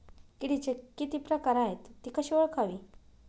किडीचे किती प्रकार आहेत? ति कशी ओळखावी?